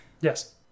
Yes